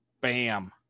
Bam